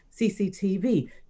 CCTV